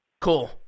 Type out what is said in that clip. Cool